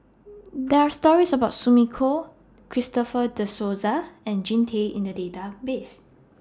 There Are stories about Sumiko Christopher De Souza and Jean Tay in The Database